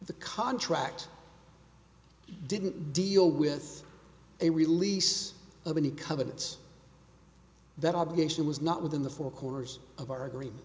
the contract didn't deal with a release of any covenants that obligation was not within the four corners of our agreement